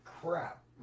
crap